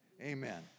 Amen